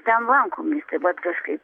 ten lankomės tai vat kažkaip